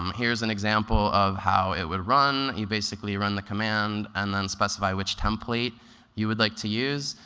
um here's an example of how it would run. you basically run the command and then specify which template you would like to use,